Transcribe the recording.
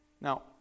Now